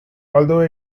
although